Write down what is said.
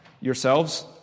yourselves